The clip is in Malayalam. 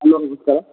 ഹലോ നമസ്കാരം